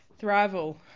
Thrival